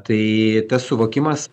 tai tas suvokimas